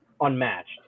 unmatched